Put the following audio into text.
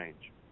change